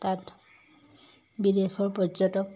তাত বিদেশৰ পৰ্যটক